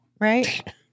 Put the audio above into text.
right